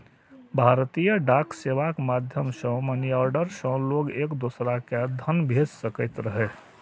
भारतीय डाक सेवाक माध्यम सं मनीऑर्डर सं लोग एक दोसरा कें धन भेज सकैत रहै